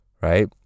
Right